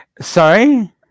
Sorry